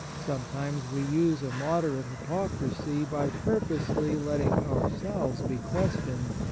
sometimes we use a moderate hypocrisy by purposely letting ourselves be questioned,